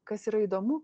kas yra įdomu